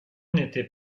n’était